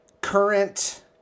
current